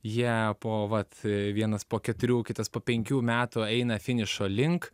jie po vat vienas po keturių kitas po penkių metų eina finišo link